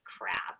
crap